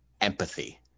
empathy